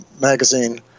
magazine